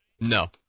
No